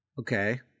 Okay